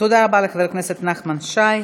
תודה רבה לחבר הכנסת נחמן שי.